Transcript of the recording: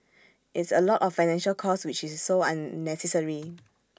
it's A lot of financial cost which is so unnecessary